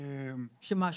שמה?